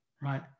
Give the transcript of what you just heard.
right